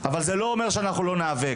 אבל זה לא אומר שאנחנו לא נאבק.